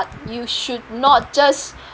you should not just